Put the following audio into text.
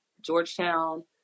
georgetown